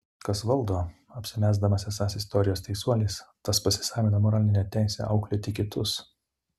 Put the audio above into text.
kas valdo apsimesdamas esąs istorijos teisuolis tas pasisavina moralinę teisę auklėti kitus